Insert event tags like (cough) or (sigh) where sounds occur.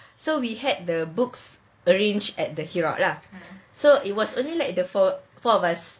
so we had the books arranged at the (noise) lah so it was only like the four of us